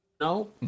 No